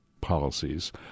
policies